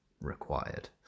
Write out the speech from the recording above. required